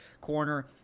corner